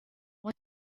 what